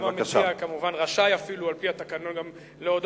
גם המציע כמובן רשאי, אפילו על-פי התקנון, להודות.